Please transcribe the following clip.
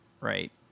Right